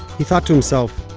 he thought to himself,